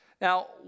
Now